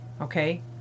okay